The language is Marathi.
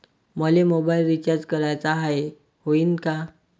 मले मोबाईल रिचार्ज कराचा हाय, होईनं का?